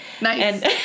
Nice